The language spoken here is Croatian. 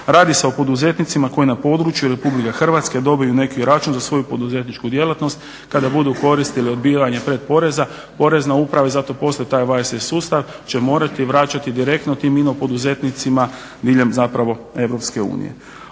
Radi se o poduzetnicima koji na području RH dobiju neki račun za svoju poduzetničku djelatnost kada budu u korist ili odbijanje predporeza, porezna uprava i zato postoji taj VIES sustav će morati vraćati direktno tim ino poduzetnicima diljem zapravo EU. Ostale